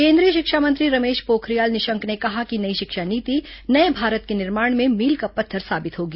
केंद्रीय शिक्षा मंत्री रमेश पोखरियाल निशंक ने कहा कि नई शिक्षा नीति नए भारत के निर्माण में मील का पत्थर साबित होगी